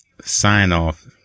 sign-off